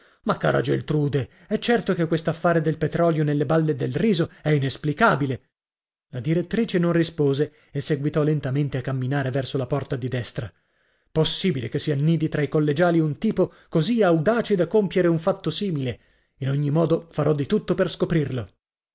ma cara geltrude è certo che quest'affare del petrolio nelle balle del riso è inesplicabile la direttrice non rispose e seguitò lentamente a camminare verso la porta di destra possibile che si annidi tra i collegiali un tipo così audace da compiere un fatto simile in ogni modo farò di tutto per scoprirlo